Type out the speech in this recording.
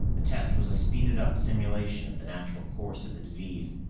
the test was a speeded-up simulation of the natural course of the disease,